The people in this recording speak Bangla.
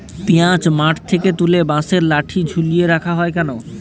পিঁয়াজ মাঠ থেকে তুলে বাঁশের লাঠি ঝুলিয়ে রাখা হয় কেন?